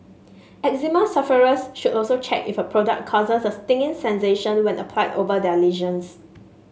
eczema sufferers should also check if a product causes a stinging sensation when applied over their lesions